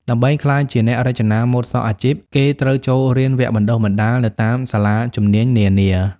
ដើម្បីក្លាយជាអ្នករចនាម៉ូដសក់អាជីព គេត្រូវចូលរៀនវគ្គបណ្ដុះបណ្ដាលនៅតាមសាលាជំនាញនានា។